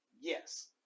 Yes